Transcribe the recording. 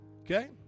okay